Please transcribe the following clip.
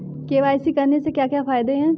KYC करने के क्या क्या फायदे हैं?